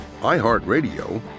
iHeartRadio